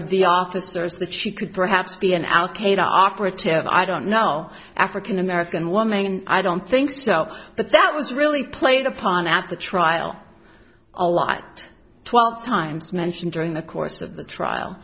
of the officers that she could perhaps be an al qaeda operative i don't know african american woman and i don't think so but that was really played upon at the trial a lot twelve times mentioned during the course of the trial